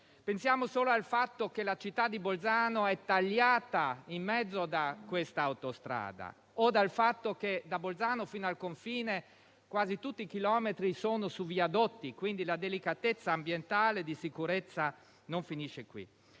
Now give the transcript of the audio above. Pensiamo solo al fatto che la città di Bolzano è tagliata in mezzo da questa autostrada o al fatto che da Bolzano fino al confine quasi tutti i chilometri sono su viadotti, ponendo questioni di delicatezza ambientale e di sicurezza. La A22